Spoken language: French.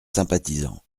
sympathisants